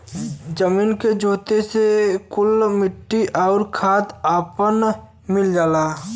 जमीन के जोते से कुल मट्टी आउर खाद आपस मे मिल जाला